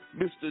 Mr